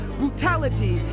brutality